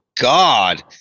God